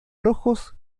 rojos